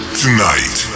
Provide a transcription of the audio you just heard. tonight